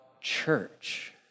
church